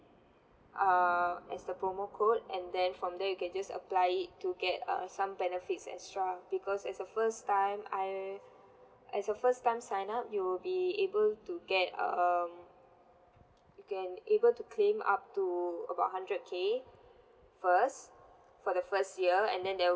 err as the promo code and then from there you can just apply it to get uh some benefits extra because as a first time I as a first time sign up you will be able to get um you can able to claim up to about hundred K first for the first year and then there'll